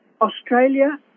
Australia